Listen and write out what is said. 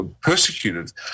persecuted